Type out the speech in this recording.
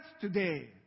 today